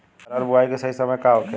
अरहर बुआई के सही समय का होखे?